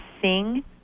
sing